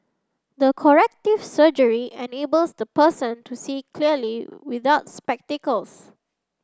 the corrective surgery enables the person to see clearly without spectacles